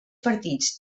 partits